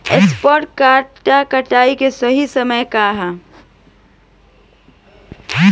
सॉफ्ट डॉ कटाई के सही समय का ह?